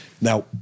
Now